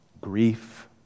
Grief